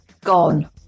Gone